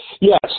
yes